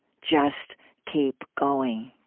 just keep going.